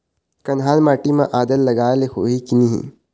कन्हार माटी म आदा लगाए ले होही की नहीं?